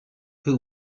who